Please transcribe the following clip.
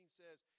says